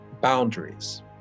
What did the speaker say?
boundaries